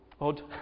Odd